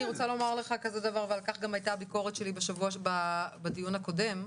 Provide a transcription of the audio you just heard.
אני רוצה לומר לך כזה דבר ועל כך גם היתה הביקורת שלי בדיון הקודם,